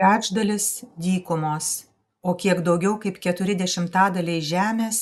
trečdalis dykumos o kiek daugiau kaip keturi dešimtadaliai žemės